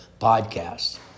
podcast